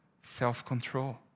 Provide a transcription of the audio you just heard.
self-control